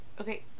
Okay